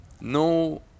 no